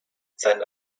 seinen